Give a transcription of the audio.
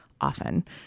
often